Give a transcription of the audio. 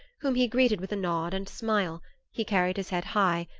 whom he greeted with a nod and smile he carried his head high,